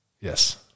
Yes